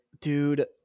dude